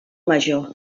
major